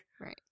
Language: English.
right